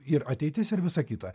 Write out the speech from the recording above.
ir ateitis ir visa kita